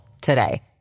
today